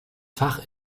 fach